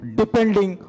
depending